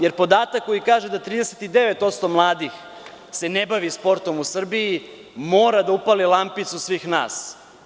Jer, podatak koji kaže da 39% mladih se ne bavi sportom u Srbiji, mora da upali lampicu svih nas.